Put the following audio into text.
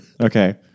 Okay